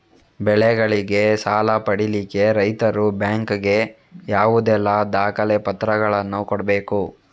ಬೆಳೆಗಳಿಗೆ ಸಾಲ ಪಡಿಲಿಕ್ಕೆ ರೈತರು ಬ್ಯಾಂಕ್ ಗೆ ಯಾವುದೆಲ್ಲ ದಾಖಲೆಪತ್ರಗಳನ್ನು ಕೊಡ್ಬೇಕು?